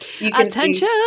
Attention